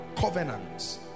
covenants